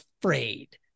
afraid